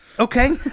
Okay